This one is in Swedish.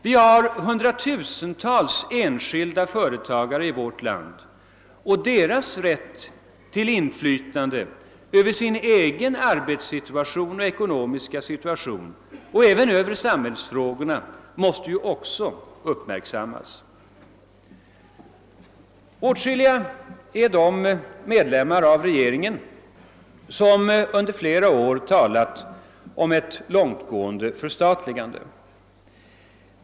Vi har hundratusentals enskilda företagare i vårt land, och deras rätt till inflytande över sin egen arbetssituation, över sin ekonomiska situation och även över samhällsfrågorna måste också uppmärksammas. Åtskilliga är de medlemmar av rege ringen som under flera år talat om ett långtgående förstatligande.